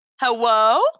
hello